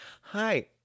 Hi